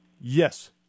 Yes